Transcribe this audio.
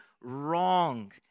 wrong